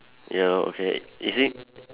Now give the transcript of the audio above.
yellow okay is he